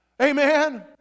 Amen